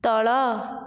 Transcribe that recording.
ତଳ